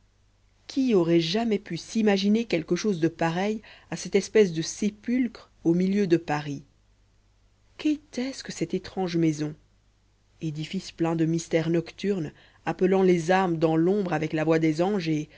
qui aurait jamais pu s'imaginer quelque chose de pareil à cette espèce de sépulcre au milieu de paris qu'était-ce que cette étrange maison édifice plein de mystères nocturnes appelant les âmes dans l'ombre avec la voix des anges et